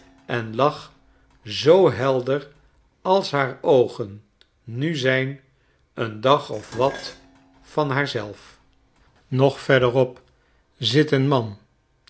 en lag zoo helder als haar oogen nu zijn een dag of wat van haar zelf nog verderop zit een man